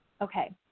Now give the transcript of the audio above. okay